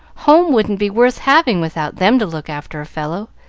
home wouldn't be worth having without them to look after a fellow,